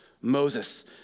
Moses